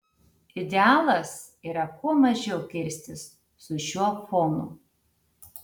idealas yra kuo mažiau kirstis su šiuo fonu